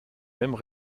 mêmes